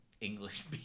English